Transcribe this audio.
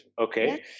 Okay